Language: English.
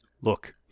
Look